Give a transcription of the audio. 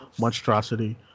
monstrosity